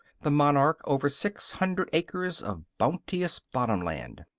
the monarch over six hundred acres of bounteous bottomland.